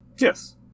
Yes